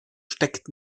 steckt